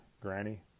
granny